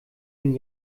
den